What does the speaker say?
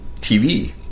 TV